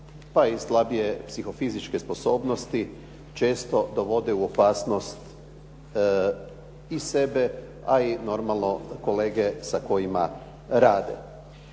pa i slabije psihofizičke sposobnosti često dovode u opasnost i sebe a i normalno kolege sa kojima rade.